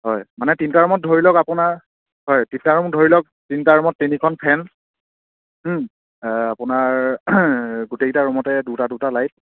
হয় মানে তিনিটা ৰুমত ধৰি লওক আপোনাৰ হয় তিনিটা ৰুম ধৰি লওক তিনিটা ৰুমত তিনিখন ফেন আপোনাৰ গোটেইকটা ৰুমতে দুটা দুটা লাইট